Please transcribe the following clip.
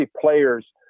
players